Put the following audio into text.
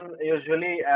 usually